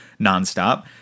nonstop